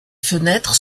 fenêtres